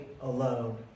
alone